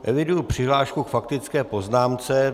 Eviduji přihlášku k faktické poznámce.